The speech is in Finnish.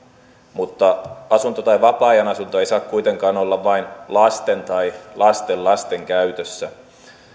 mutta asunto tai vapaa ajan asunto ei saa kuitenkaan olla vain lasten tai lastenlasten käytössä